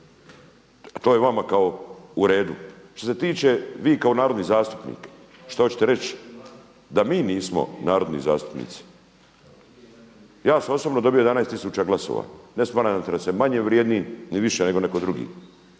to je vama kao u redu? Što se tiče, vi kako narodni zastupnik šta hoćete reći da mi nismo narodni zastupnici? Ja sam osobno dobio 11 tisuća glasova, ne smatram se manje vrijednim ni više nego netko drugi.